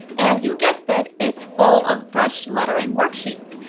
as you guessed it, it's full of brush lettering worksheets.